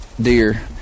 deer